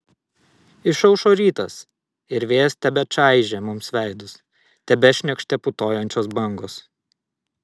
išaušo rytas ir vėjas tebečaižė mums veidus tebešniokštė putojančios bangos